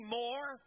more